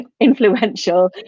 influential